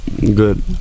good